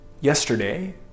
Yesterday